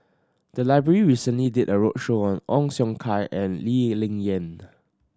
the library recently did a roadshow on Ong Siong Kai and Lee Ling Yen